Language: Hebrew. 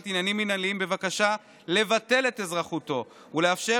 לעניינים מינהליים בבקשה לבטל את אזרחותו ולאפשר